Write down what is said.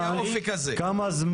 מתי האופק הזה?